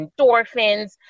endorphins